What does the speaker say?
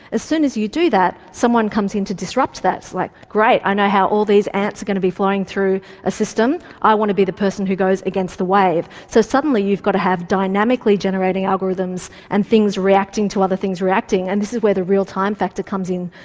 as soon as you do that, someone comes in to disrupt that, like, great! i know how all these ants are going to be flying through a system, i want to be the person who goes against the wave. so suddenly you've got to have dynamically generating algorithms and things reacting to other things reacting, and this is where the real time factor comes in.